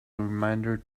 reminder